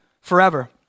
forever